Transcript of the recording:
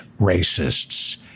racists